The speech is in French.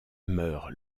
meurt